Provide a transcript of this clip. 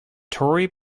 tory